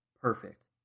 Perfect